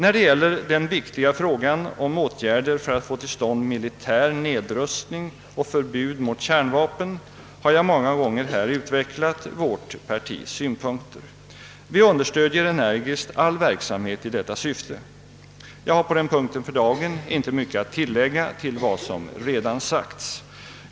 När det gäller den viktiga frågan om åtgärder för att få till stånd militär nedrustning och förbud mot kärnvapen har jag många gånger tidigare utvecklat vårt partis synpunkter. Vi understöder energiskt all verksamhet i detta syfte. Jag har på denna punkt inte mycket att tillägga utöver vad som redan sagts.